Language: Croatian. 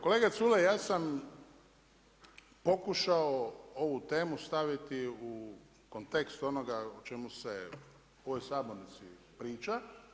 Kolega Culej ja sam pokušao ovu temu staviti u kontekst onoga o čemu se u ovoj sabornici priča.